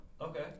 Okay